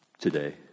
today